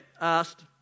asked